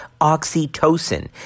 oxytocin